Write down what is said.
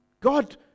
God